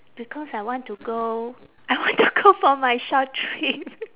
because I want to go I want to go for my short trip